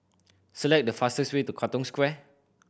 select the fastest way to Katong Square